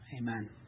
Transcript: Amen